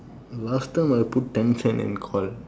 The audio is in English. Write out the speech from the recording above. the last time I put ten cent and call